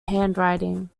handwriting